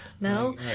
No